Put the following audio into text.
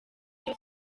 cyo